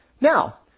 Now